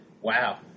Wow